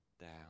down